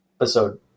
episode